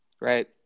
right